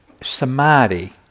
samadhi